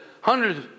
hundreds